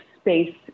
space